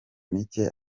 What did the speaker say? micye